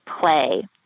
play